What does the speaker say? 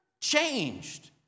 changed